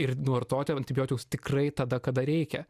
ir nu vartoti antibiotikus tikrai tada kada reikia